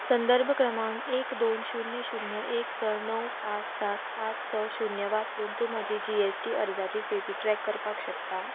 संदर्भ क्रमांक एक दोन शुन्य शुन्य एक स णव पांच सात पांच स शुन्य वापरून तूं म्हजी जी एस टी अर्जाची स्थिती ट्रॅक करपाक शकता